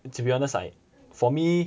to be honest like for me